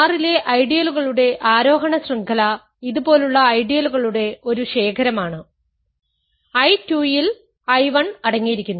R ലെ ഐഡിയലുകളുടെ ആരോഹണ ശൃംഖല ഇതുപോലുള്ള ഐഡിയലുകളുടെ ഒരു ശേഖരമാണ് I 2 ൽ I 1 അടങ്ങിയിരിക്കുന്നു